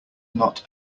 not